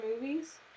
movies